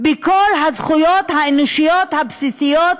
של כל הזכויות האנושיות הבסיסיות,